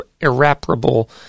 irreparable